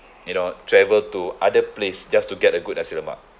you know travel to other place just to get a good nasi lemak